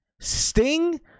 Sting